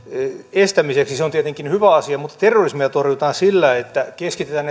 estämiseksi se on tietenkin hyvä asia terrorismia torjutaan sillä että keskitetään